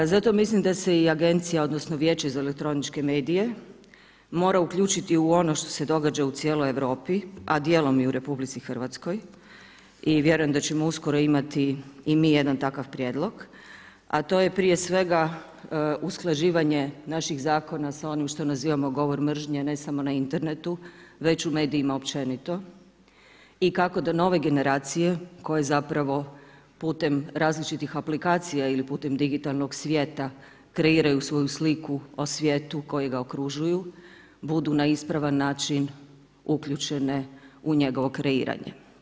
Zato mislim da se i agencija, odnosno Vijeće za elektroničke medije mora uključiti u ono što se događa u cijeloj Europi a dijelom i u RH i vjerujem da ćemo uskoro imati i mi jedan takav prijedlog a to je prije svega usklađivanje naših zakona sa onim što nazivamo govor mržnje, ne samo na internetu već u medijima općenito i kako da nove generacije koje zapravo putem različitih aplikacija ili putem digitalnog svijeta kreiraju svoju sliku o svijetu koji ga okružuju, budu na ispravan način uključene u njegovo kreiranje.